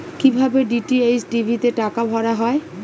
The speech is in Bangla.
কি ভাবে ডি.টি.এইচ টি.ভি তে টাকা ভরা হয়?